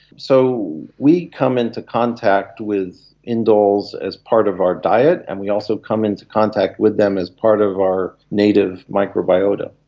so we come into contact with indoles as part of our diet and we also come into contact with them as part of our native microbiota.